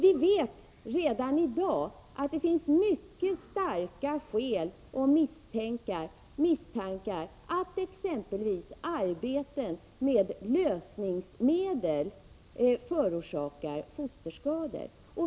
Vi vet redan nu att man på mycket goda grunder kan misstänka att exempelvis arbete med lösningsmedel förorsakar fosterskador.